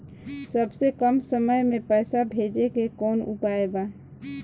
सबसे कम समय मे पैसा भेजे के कौन उपाय बा?